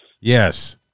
Yes